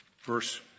verse